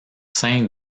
sein